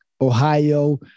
Ohio